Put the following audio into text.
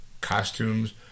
costumes